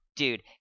Dude